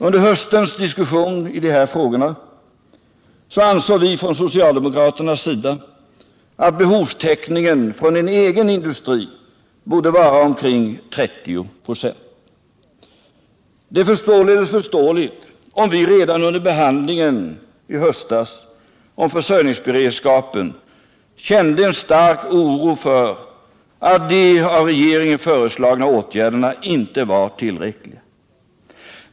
Under höstens diskussion av denna fråga ansåg vi socialdemokrater att behovstäckningen från den egna industrin borde vara omkring 30 96. Det är således förståeligt om vi redan under behandlingen i höstas av frågan om försörjningsberedskapen kände en stark oro för att de av regeringen föreslagna åtgärderna inte var tillräckliga.